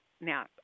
Now